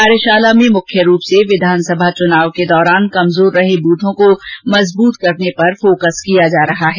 कार्यशाला में मुख्य रूप से विधानसभा चुनाव के दौरान कमजोर रहे बूथों को मजबूत बनाने पर फोकस किया जा रहा है